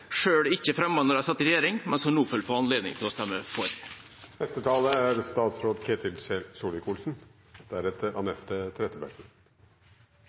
satt i regjering, men som de nå får anledning til å stemme for. Dette er